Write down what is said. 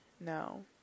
No